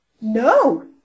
No